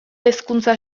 hezkuntza